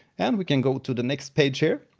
and we can go to the next page here.